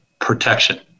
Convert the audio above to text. protection